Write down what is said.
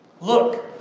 Look